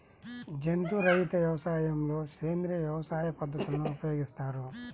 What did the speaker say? జంతు రహిత వ్యవసాయంలో సేంద్రీయ వ్యవసాయ పద్ధతులను ఉపయోగిస్తారు